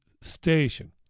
station